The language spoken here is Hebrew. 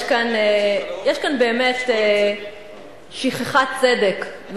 יש כאן באמת שכחת צדק,